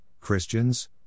Christians